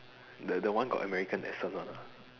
the the one got american accent one ah